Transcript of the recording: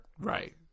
Right